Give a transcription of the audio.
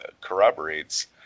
corroborates